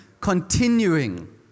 continuing